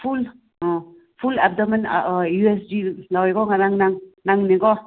ꯐꯨꯜ ꯑꯥ full abdomen U S G ꯂꯧꯋꯦꯀꯣ ꯉꯔꯥꯡꯅ ꯅꯪ ꯅꯪꯅꯦꯀꯣ